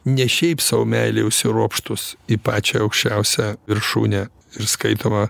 ne šiaip sau meilė užsiropštus į pačią aukščiausią viršūnę ir skaitoma